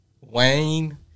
Wayne